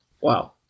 wow